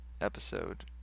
episode